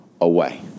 away